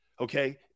Okay